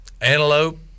antelope